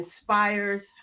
inspires